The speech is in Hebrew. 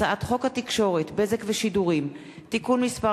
הצעת חוק התקשורת (בזק ושידורים) (תיקון מס'